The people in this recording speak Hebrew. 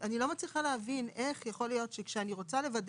אני לא מצליחה להבין איך יכול להיות שכשאני רוצה לוודא